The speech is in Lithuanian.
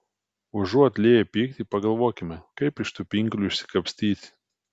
užuot lieję pyktį pagalvokime kaip iš tų pinklių išsikapstyti